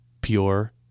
pure